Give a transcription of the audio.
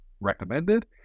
recommended